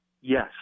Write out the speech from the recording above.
yes